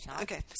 Okay